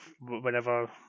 whenever